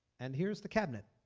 and here's the cabinet.